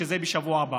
שזה בשבוע הבא.